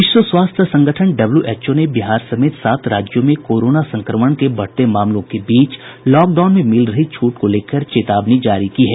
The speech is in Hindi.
विश्व स्वास्थ्य संगठन डब्ल्यूएचओ ने बिहार समेत सात राज्यों में कोरोना संक्रमण के बढ़ते मामलों के बीच लॉकडाउन में मिल रही छूट को लेकर चेतावनी जारी की है